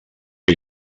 que